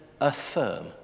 affirm